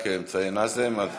רק מציין נאזם.